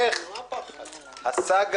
מדובר באירוע תקדימי לכל הדעות,